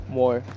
more